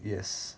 yes